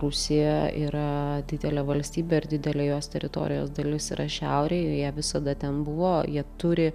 rusija yra didelė valstybė ir didelė jos teritorijos dalis yra šiaurėj ir jie visada ten buvo jie turi